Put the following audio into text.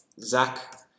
Zach